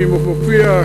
מי מופיע,